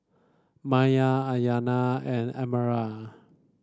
Meyer Aryanna and Emerald